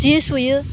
जि सुयो